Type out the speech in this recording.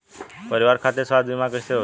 परिवार खातिर स्वास्थ्य बीमा कैसे होई?